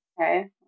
Okay